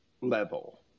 level